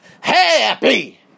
happy